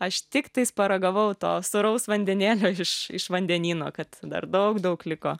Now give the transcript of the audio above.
aš tiktais paragavau to sūraus vandenėlio iš iš vandenyno kad dar daug daug liko